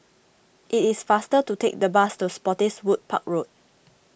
it is faster to take the bus to Spottiswoode Park Road